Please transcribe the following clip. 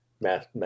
math